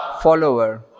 Follower